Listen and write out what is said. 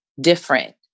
different